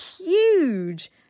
huge